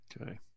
okay